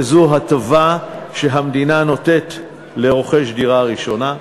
וזאת הטבה שהמדינה נותנת לרוכש דירה ראשונה,